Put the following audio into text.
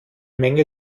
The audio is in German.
menge